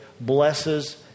blesses